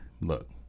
look